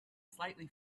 slightly